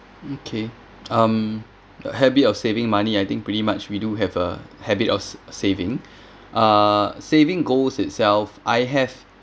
okay um the habit of saving money I think pretty much we do have a habit of s~ saving uh saving goals itself I have